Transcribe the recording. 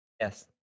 Yes